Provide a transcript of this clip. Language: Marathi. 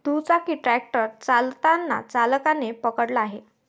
दुचाकी ट्रॅक्टर चालताना चालकाने पकडला आहे